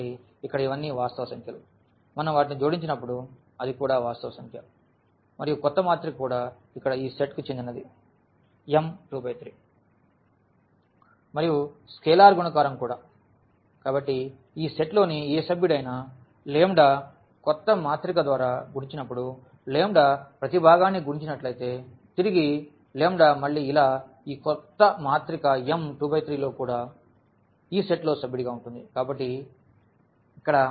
కాబట్టి ఇక్కడ ఇవన్నీ వాస్తవ సంఖ్యలు మనం వాటిని జోడించినప్పుడు అది కూడా వాస్తవ సంఖ్య మరియు కొత్త మాత్రిక కూడా ఇక్కడ ఈ సెట్కు చెందినది M2 × 3 మరియు స్కేలార్ గుణకారం కూడా కాబట్టి ఈ సెట్లోని ఏ సభ్యుడైనా క్రొత్త మాత్రిక ద్వారా గుణించినప్పుడు ప్రతి భాగాన్ని గుణించి నట్లయితే తిరిగి మళ్లీ ఇలా ఈ క్రొత్త మాత్రిక M2 × 3 లో కూడా ఈ సెట్లో సభ్యుడిగా ఉంటుంది